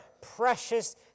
precious